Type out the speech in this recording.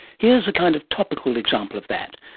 here's a kind of topical example of that,